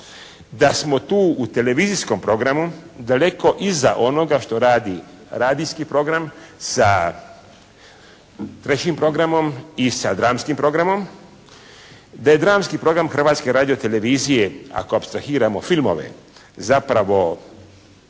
da smo tu u televizijskom programu daleko iza onoga što radi radijski program sa trećim programom i sa dramskim programom. Da je dramski program Hrvatske radiotelevizije ako apstrahiramo filmove, zapravo